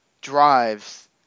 drives